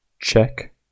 check